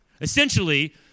Essentially